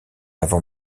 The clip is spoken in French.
avant